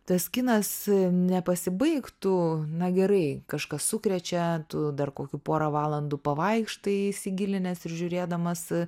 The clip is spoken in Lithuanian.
tas kinas nepasibaigtų na gerai kažkas sukrečia tu dar kokių porą valandų pavaikštai įsigilinęs ir žiūrėdamas